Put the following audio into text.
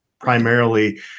primarily